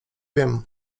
wiem